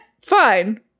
Fine